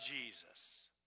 Jesus